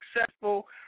successful